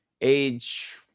Age